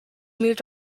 moved